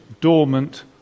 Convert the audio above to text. dormant